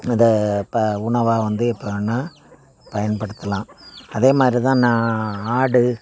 இதை ப உணவாக வந்து எப்போ வேண்ணால் பயன்படுத்தலாம் அதே மாதிரி தான் நான் ஆடு